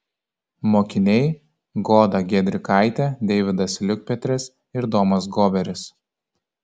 mokiniai goda giedrikaitė deividas liukpetris ir domas goberis